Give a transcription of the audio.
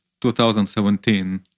2017